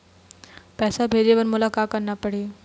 पैसा भेजे बर मोला का करना पड़ही?